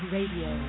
Radio